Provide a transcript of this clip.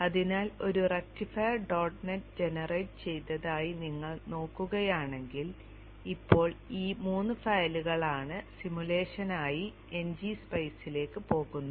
അതിനാൽ ഒരു rectifier dot net generate ചെയ്തതായി നിങ്ങൾ നോക്കുകയാണെങ്കിൽ ഇപ്പോൾ ഈ 3 ഫയലുകളാണ് സിമുലേഷനായി ngSpice ലേക്ക് പോകുന്നത്